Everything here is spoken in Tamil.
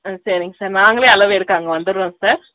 ஆ சரிங்க சார் நாங்களே அளவு எடுக்க அங்கே வந்துடுறோம் சார்